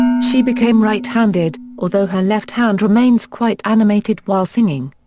she became right handed, although her left hand remains quite animated while singing.